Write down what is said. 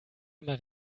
immer